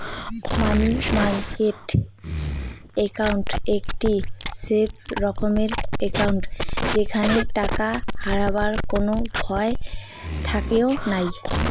মানি market account একটি safe রকমের account যেইখানে টাকা হারাবার কোনো ভয় থাকেঙ নাই